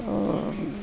ଓ